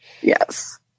Yes